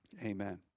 Amen